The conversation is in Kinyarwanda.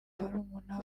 barumuna